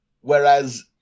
Whereas